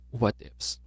what-ifs